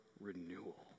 renewal